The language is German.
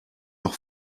noch